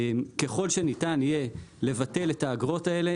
ככל שניתן יהיה לבטל את האגרות האלה,